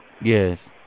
Yes